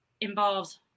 involves